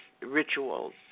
rituals